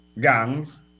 gangs